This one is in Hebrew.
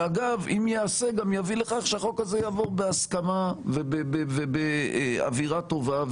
שאגב אם ייעשה גם יביא לכך שהחוק הזה יעבור בהסכמה ובאווירה טובה,